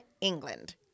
England